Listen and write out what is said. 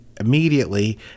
immediately